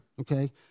Okay